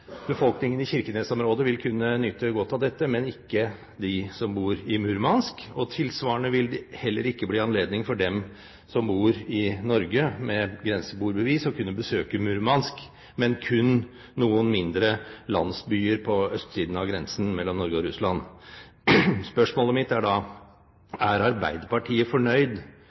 befolkningen i Kirkenes-området vil kunne nyte godt av dette, men ikke de som bor i Murmansk. Tilsvarende vil det heller ikke bli anledning for dem som bor i Norge med grenseboerbevis, å kunne besøke Murmansk, men kun noen mindre landsbyer på østsiden av grensen mellom Norge og Russland. Spørsmålet mitt er da: Er Arbeiderpartiet fornøyd